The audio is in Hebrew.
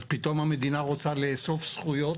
אז פתאום המדינה רוצה לאסוף זכויות?